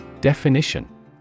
Definition